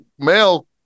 male